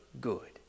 good